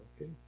okay